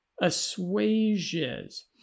assuages